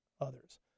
others